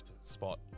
spot